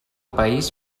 país